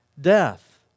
death